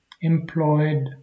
employed